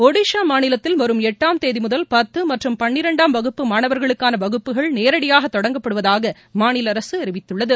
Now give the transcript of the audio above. ஒடிசா மாநிலத்தில் வரும் எட்டாம் தேதி முதல் பத்து மற்றும் பன்னிரண்டாம் வகுப்பு மாணவர்களுக்கான வகுப்புகள் நேரடியாக தொடங்கப்படுவதாக மாநில அரசு அறிவித்துள்ளது